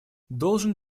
должен